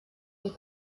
der